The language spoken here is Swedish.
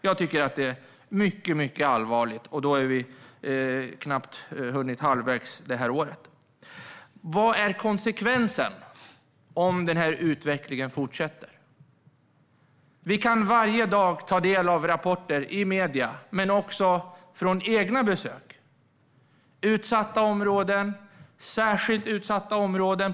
Jag tycker att detta är mycket allvarligt, och vi har knappt hunnit halvvägs in på året. Vad blir konsekvensen om denna utveckling fortsätter? Vi kan varje dag ta del av rapporter i medierna men också göra egna besök i utsatta och särskilt utsatta områden.